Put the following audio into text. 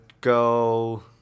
go